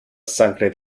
sangre